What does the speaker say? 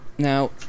Now